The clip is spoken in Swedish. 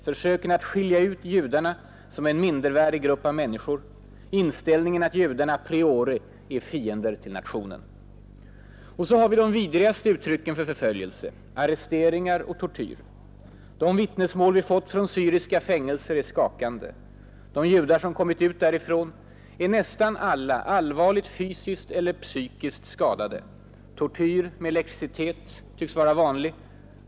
Försöken att skilja ut judarna som en mindervärdig grupp av människor, inställningen att judarna a priori är fiender till nationen. Och så har vi de vidrigaste uttrycken för förföljelse: arresteringar och tortyr. De vittnesmål vi fått från syriska fängelser är skakande. De judar som kommit ut därifrån är nästan alla allvarligt fysiskt eller psykiskt skadade. Tortyr med elektricitet tycks vara vanlig.